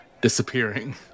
disappearing